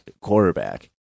quarterback